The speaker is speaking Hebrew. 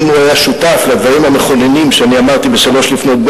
אם הוא היה שותף לדברים המכוננים שאני אמרתי ב-03:00,